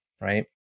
right